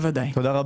תודה.